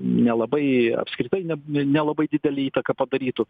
nelabai apskritai ne nelabai didelę įtaką padarytų